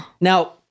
Now